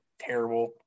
Terrible